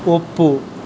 ಒಪ್ಪು